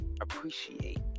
appreciate